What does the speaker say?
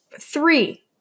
Three